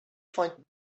find